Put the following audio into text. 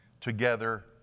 together